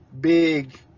big